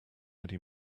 eddie